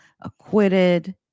acquitted